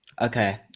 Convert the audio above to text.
Okay